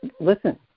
listen